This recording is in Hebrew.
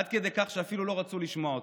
עד כדי כך שאפילו לא רצו לשמוע אותי.